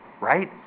Right